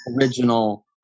original